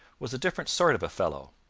was a different sort of a fellow.